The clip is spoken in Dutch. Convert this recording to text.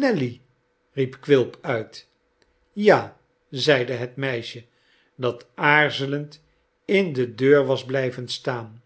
nelly riep quilp uit ja zeide het meisje dat aarzelend in de deur was blijven staan